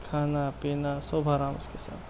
کھانا پینا سب حرام اس کے ساتھ